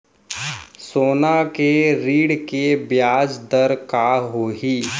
सोना के ऋण के ब्याज दर का होही?